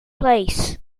place